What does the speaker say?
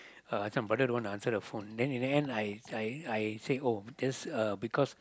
uh this one brother don't want answer the phone then in the end I I I say oh just because